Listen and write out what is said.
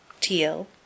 teal